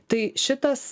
tai šitas